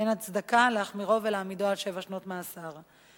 אין הצדקה להחמירו ולהעמידו על שבע שנות מאסר.